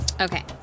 Okay